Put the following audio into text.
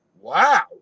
Wow